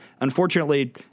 Unfortunately